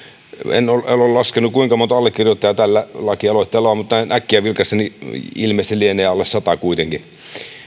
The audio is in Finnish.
en ole ole laskenut kuinka monta allekirjoittajaa tällä lakialoitteella on mutta näin äkkiä vilkaisten ilmeisesti lienee alle sata kuitenkin